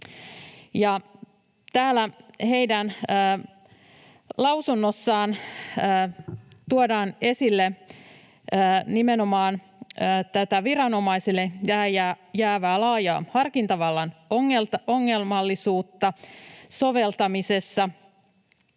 täällä heidän lausunnossaan tuodaan esille nimenomaan viranomaisille jäävän laajan harkintavallan ongelmallisuutta soveltamisessa,